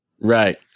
Right